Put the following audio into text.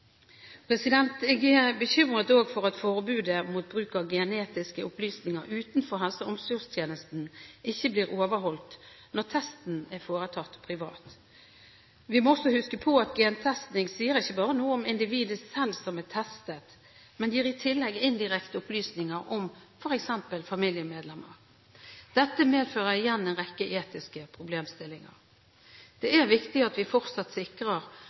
Jeg er òg bekymret for at forbudet mot bruk av genetiske opplysninger utenfor helse- og omsorgstjenesten ikke blir overholdt når testen er foretatt privat. Vi må også huske på at gentesting ikke bare sier noe om individet som selv er testet, men det gir i tillegg indirekte opplysninger om f.eks. familiemedlemmer. Dette medfører igjen en rekke etiske problemstillinger. Det er viktig at vi fortsatt sikrer